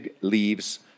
leaves